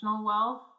wealth